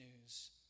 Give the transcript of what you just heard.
news